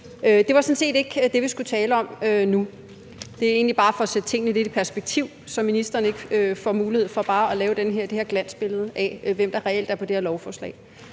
Det var sådan set ikke det, vi skulle tale om nu. Det er egentlig bare for at sætte tingene lidt i perspektiv, så ministeren ikke får mulighed for bare at lave det her glansbillede af, hvem der reelt er på det her lovforslag.